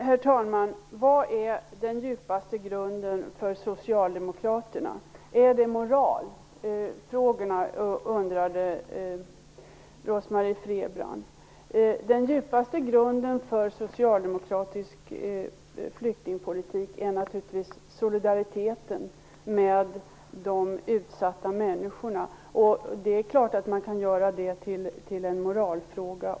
Herr talman! Vad är den djupaste grunden för Socialdemokraterna, är det moral? frågar Rose-Marie Frebran. Den djupaste grunden för socialdemokratisk flyktingpolitik är naturligtvis solidariteten med de utsatta människorna. Det är klart att det också kan göras till en moralfråga.